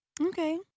Okay